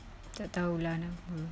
tak tahu lah kenapa